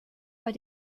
bei